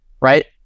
right